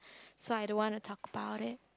so I don't want to talk about it